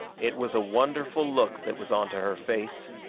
it was a wonderful look that was onto her face.